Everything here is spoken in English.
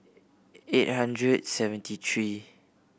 eight hundred seventy three